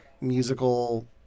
musical